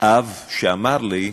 אב שאמר לי: